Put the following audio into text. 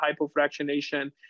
hypofractionation